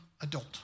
adult